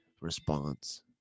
response